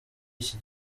iki